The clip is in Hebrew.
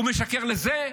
הוא משקר לזה,